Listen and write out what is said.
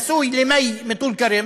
נשוי למאי מטול כרם,